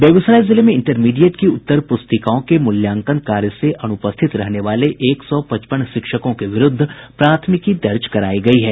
बेगूसराय जिले में इंटरमीडिएट की उत्तर पुस्तिकाओं के मूल्यांकन कार्य से अनुपस्थित रहने वाले एक सौ पचपन शिक्षकों के विरूद्ध प्राथमिकी दर्ज करायी गयी है